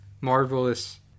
marvelous